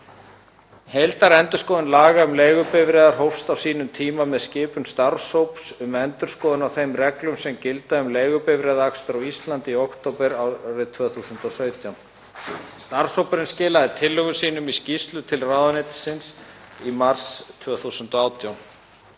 Heildarendurskoðun laga um leigubifreiðar hófst á sínum tíma með skipun starfshóps um endurskoðun á þeim reglum sem gilda um leigubifreiðaakstur á Íslandi í október árið 2017. Starfshópurinn skilaði tillögum sínum í skýrslu til ráðuneytisins í mars 2018.